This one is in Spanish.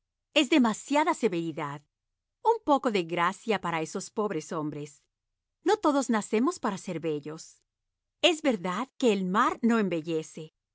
es demasiada severidad un poco de gracia para esos pobres hombres no todos nacemos para ser bellos es verdad que el mar no embellece